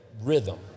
rhythm